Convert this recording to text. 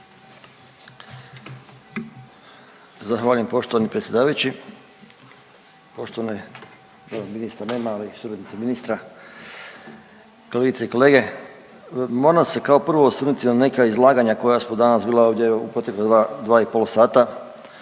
Zahvaljujem poštovani predsjedavajući. Poštovane, ministra nema, ali suradnice ministra, kolegice i kolege. Moram se kao prvo osvrnuti na neka izlaganja koja su danas bila ovdje u upotrebi dva, dva i pol sata